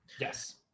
Yes